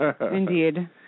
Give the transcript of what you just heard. Indeed